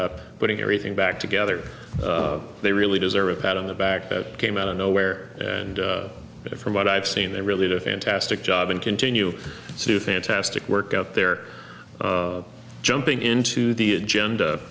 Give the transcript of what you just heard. up putting everything back together they really deserve a pat on the back that came out of nowhere and from what i've seen they really did a fantastic job and continue to fantastic work out there jumping into the agenda